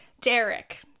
Derek